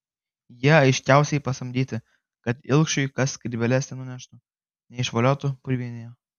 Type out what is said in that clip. jie aiškiausiai pasamdyti kad ilgšiui kas skrybėlės nenuneštų neišvoliotų purvynėje